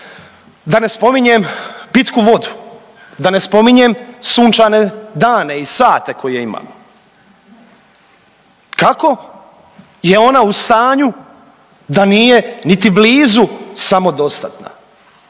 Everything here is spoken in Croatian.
da ne spominjem pitku vodu, da ne spominjem sunčane dane i sate koje imamo kako je ona u stanju da nije niti blizu samodostatna?